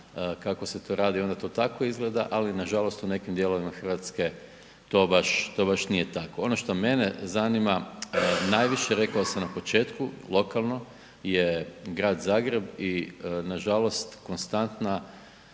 kako se to radi onda to tako izgleda, ali nažalost u nekim dijelovima Hrvatske to baš nije tako. Ono što mene zanima najviše rekao sam na početku lokalno je grad Zagreb i nažalost konstantna